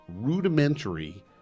rudimentary